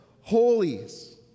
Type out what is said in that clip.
holies